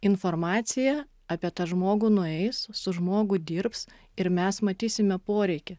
informacija apie tą žmogų nueis su žmogu dirbs ir mes matysime poreikį